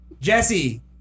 Jesse